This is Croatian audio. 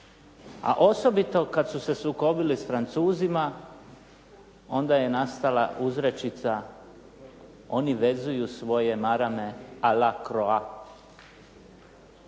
a osobito kad su se sukobili s Francuzima, onda je nastala uzrečica, oni vezuju svoje marame a la croat.